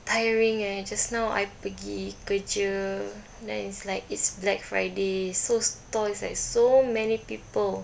tiring eh just now I pergi kerja then it's like it's black friday so store is like so many people